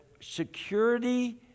security